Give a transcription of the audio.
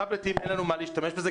טאבלטים אין לנו מה להשתמש בזה.